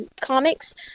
comics